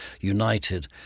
united